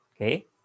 Okay